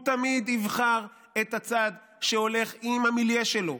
הוא תמיד יבחר את הצד שהולך עם המיליה שלו.